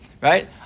right